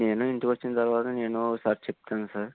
నేను ఇంటికి వచ్చిన తర్వాత నేను ఒకసారి చెప్తాను సార్